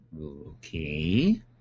Okay